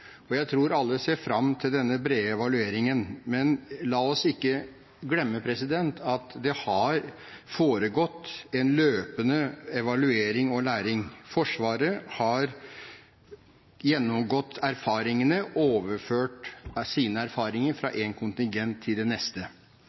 mentorer. Jeg tror alle ser fram til denne brede evalueringen, men la oss ikke glemme at det har foregått en løpende evaluering og læring. Forsvaret har gjennomgått erfaringene og overført sine erfaringer fra én kontingent til den neste.